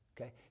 Okay